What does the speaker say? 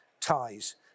ties